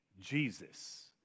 Jesus